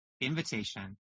Invitation